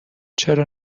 چرا